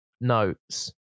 notes